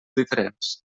diferents